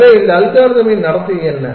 எனவே இந்த அல்காரிதமின் நடத்தை என்ன